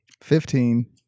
Fifteen